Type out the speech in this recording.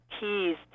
keys